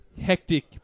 hectic